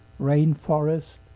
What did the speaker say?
rainforest